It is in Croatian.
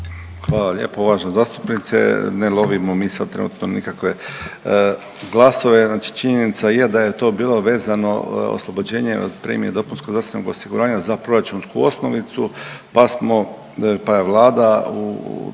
Hvala lijepo uvažena zastupnice. Ne lovimo mi sad trenutno nikakve glasove, znači činjenica je da je to bilo vezano oslobođenje od premije dopunskog zdravstvenog osiguranja za proračunsku osnovicu pa smo, pa je Vlada